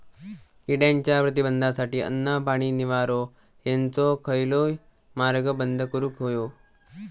किड्यांच्या प्रतिबंधासाठी अन्न, पाणी, निवारो हेंचो खयलोय मार्ग बंद करुक होयो